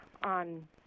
On